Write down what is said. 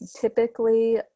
typically